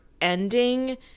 ending